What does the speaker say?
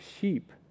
sheep